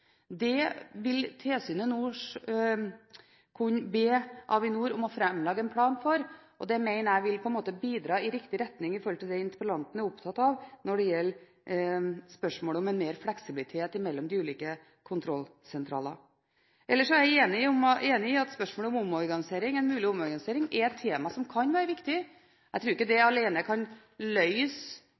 Det vil tilsynet nå kunne be Avinor om å framlegge en plan for. Det mener jeg vil bidra i riktig retning med hensyn til det interpellanten er opptatt av når det gjelder spørsmålet om mer fleksibilitet mellom de ulike kontrollsentralene. Ellers er jeg enig i at spørsmålet om en mulig omorganisering er et tema som kan være viktig. Jeg tror ikke det alene kan